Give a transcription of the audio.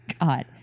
God